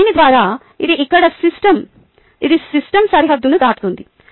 ఇది దీని ద్వారా ఇది ఇక్కడ సిస్టమ్ ఇది సిస్టమ్ సరిహద్దును దాటుతోంది